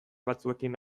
batzuekin